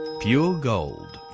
pure gold.